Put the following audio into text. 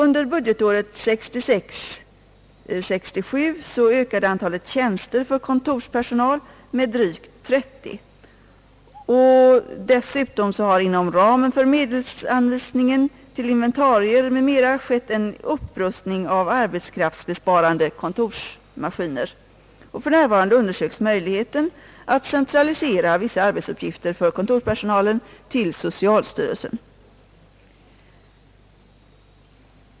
Under budgetåret 1966/67 ökade antalet tjänster för kontorspersonal med drygt 30. Dessutom har inom ramen för medelsanvisningen till inventarier m.m. skett en upprustning av arbetsplatsbesparande kontorsmaskiner. För närvarande undersöks möjligheten att centralisera vissa arbetsuppgifter för kontorspersonalen till socialstyrelsen.